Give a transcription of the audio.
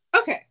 Okay